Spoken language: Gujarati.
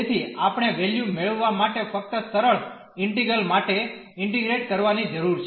તેથી આપણે વેલ્યુ મેળવવા માટે ફક્ત સરળ ઈન્ટિગ્રલ માટે ઇન્ટીગ્રેટ કરવાની જરૂર છે